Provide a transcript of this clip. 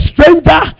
stranger